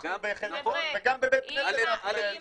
בחדר סגור וגם בבית כנסת אנחנו ב --- נכון,